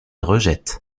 rejette